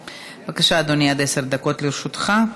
בבקשה, אדוני, עד עשר דקות לרשותך.